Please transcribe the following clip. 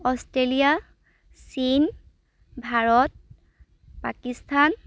Australia চীন ভাৰত পাকিস্তান